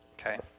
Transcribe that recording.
Okay